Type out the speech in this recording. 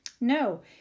No